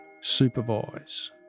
supervise